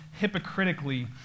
hypocritically